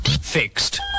fixed